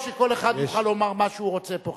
תפקידי לדאוג שכל אחד יוכל לומר מה שהוא רוצה פה,